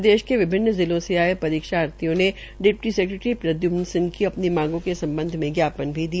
प्रदेश के विभिन्न ज़िलों से आये परीक्षार्थियों ने डिप्टी सेक्रेटरी प्रधमन सिंह को अपनी मांगों के सम्बध में ज्ञापन दिया